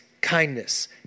kindness